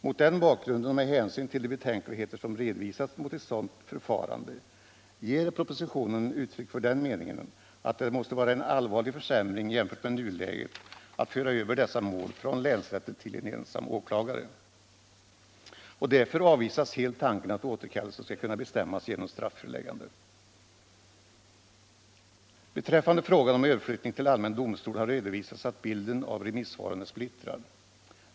Mot den bakgrunden och med hänsyn till de betänkligheter som redovisas mot ett sådant förfarande ger propositionen uttryck för den meningen att det måste vara en allvarlig försämring jämfört med nuläget att föra över dessa mål från länsrätten till en ensam åklagare. Därför avvisas helt tanken att återkallelse skall kunna bestämmas genom strafföreläggande. Beträffande frågan om överflyttning till allmän domstol har redovisats att bilden av remissvaren är splittrad.